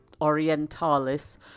Orientalis